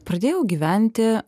pradėjau gyventi